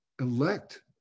elect